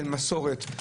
של מסורת,